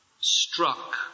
struck